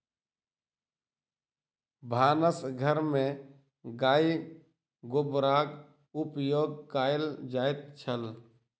भानस घर में गाय गोबरक उपयोग कएल जाइत छल